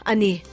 Ani